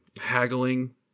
haggling